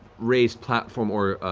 raised platform or